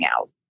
out